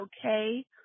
okay